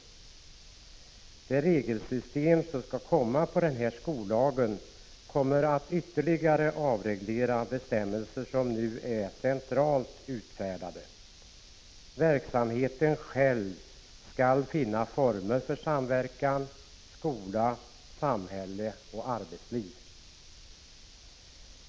Det regelsystem som skall komma då den här skollagen träder i kraft kommer att innebära ytterligare avtrappning av bestämmelser som nu är centralt utfärdade. Verksamheten själv skall finna former för samverkan skola, samhälle och arbetsliv.